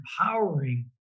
empowering